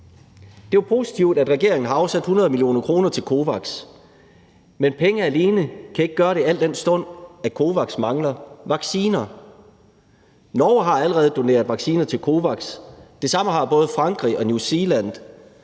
Det er positivt, at regeringen har afsat 100 mio. kr. til COVAX, men penge alene kan ikke gøre det, al den stund at COVAX mangler vacciner. Norge har allerede doneret vacciner til COVAX, det samme har både Frankrig og New Zealand.